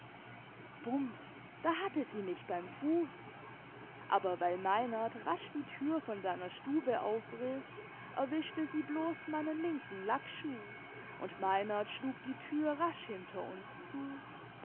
bums da hatte sie mich beim fuß aber weil meinert rasch die tür von seiner stube aufriß erwischte sie bloß meinen linken lackschuh und meinert schlug die tür rasch hinter uns zu